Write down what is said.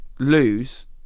Lose